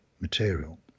material